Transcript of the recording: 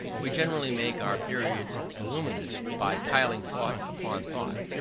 we generally make our periods voluminous by piling thought upon thought.